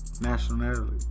nationality